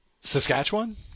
Saskatchewan